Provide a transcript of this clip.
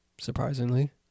surprisingly